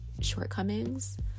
shortcomings